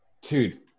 dude